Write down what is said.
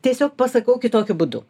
tiesiog pasakau kitokiu būdu